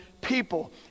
people